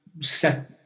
set